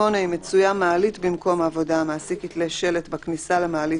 אם מצויה מעלית במקום העבודה המעסיק יתלה שלט בכניסה למעלית,